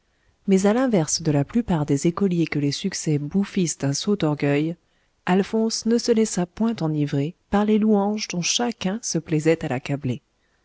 mais à l'inverse de la plupart des écoliers que les succès bouffissent d'un sot orgueil alphonse ne se laissa point enivrer par les louanges dont chacun se plaisait à l'accabler